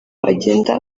agenda